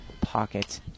pocket